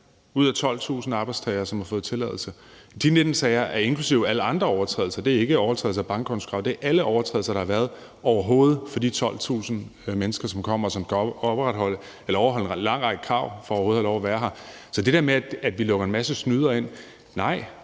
ud af 12.000 arbejdstagere, som har fået tilladelse. De 19 sager er inklusive alle andre overtrædelser. Det ikke overtrædelser af bankkontokravet, det er alle overtrædelser, der overhovedet er blevet begået blandt de 12.000 mennesker, som kommer, og som skal overholde en lang række krav for overhovedet at have lov at være her. Så til det der med, at vi lukker en masse snydere ind, vil